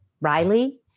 Riley